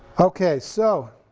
okay so.